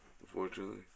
Unfortunately